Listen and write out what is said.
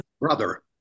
Brother